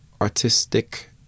artistic